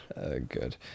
good